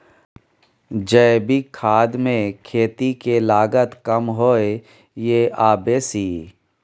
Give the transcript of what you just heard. जैविक खाद मे खेती के लागत कम होय ये आ बेसी?